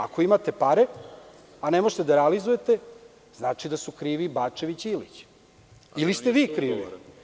Ako imate pare, a ne možete da realizujete, znači da su krivi Bačević i Ilić, ili ste vi krivi.